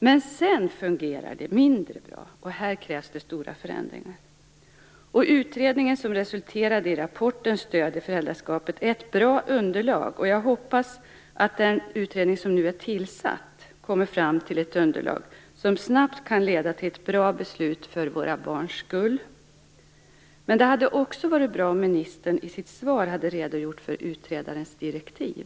Men sedan fungerar det mindre bra, och här krävs stora förändringar. Utredningen som resulterade i rapporten Stöd i föräldraskapet ger ett bra underlag, och jag hoppas att den nu tillsatta utredningen kommer fram till ett underlag som snabbt kan leda till ett bra beslut, för våra barns skull. Men det hade också varit bra om ministern i sitt svar hade redogjort för utredarens direktiv.